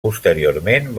posteriorment